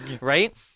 Right